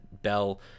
Bell